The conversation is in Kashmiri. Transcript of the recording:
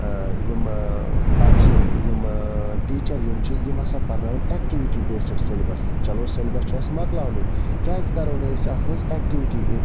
آ یِمہٕ بَچہِ یِم یِم ٹیٖچَر یِم چھِ یِم ہَسا پَرناوَن ایٮٚکٹیٛوٗٹی بیسٕڈ سیٚلبَس چلو سیٚلبَس چھُ اَسہِ مۄکلاونٕے کیٛاز کَرو نہٕ أسۍ اَتھ منٛز ایٚکٹیٛوٗٹی